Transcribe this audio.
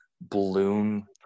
balloon